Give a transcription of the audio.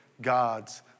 God's